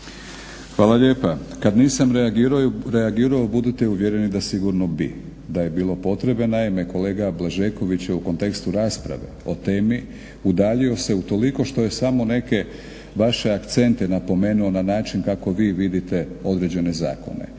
Hvala lijepa. Kada nisam reagirao budite uvjereni da sigurno bi da je bilo potrebe. Naime kolega Blažeković je u kontekstu rasprave o temi udaljio se utoliko što je samo neke vaše akcente napomenuo na način kako vi vidite određene zakone.